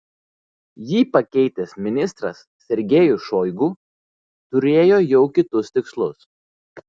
jį pakeitęs ministras sergejus šoigu turėjo jau kitus tikslus